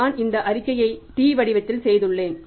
நான் இந்த அறிக்கையை டி வடிவத்தில் செய்துள்ளேன்